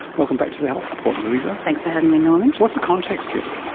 welcome back to the health report, louisa. thanks for having me norman. so what's the context here?